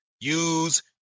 use